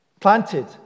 planted